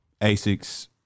Asics